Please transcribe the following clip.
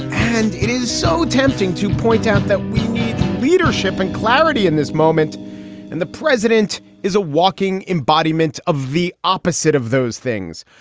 and it is so tempting to point out that we need leadership and clarity in this moment and the president is a walking embodiment of the opposite of those things.